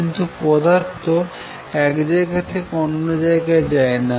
কিন্তু পদার্থ এক জায়গা থেকে অন্য জায়গায় যায় না